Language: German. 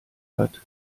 hat